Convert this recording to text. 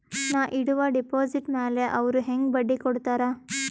ನಾ ಇಡುವ ಡೆಪಾಜಿಟ್ ಮ್ಯಾಲ ಅವ್ರು ಹೆಂಗ ಬಡ್ಡಿ ಕೊಡುತ್ತಾರ?